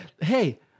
hey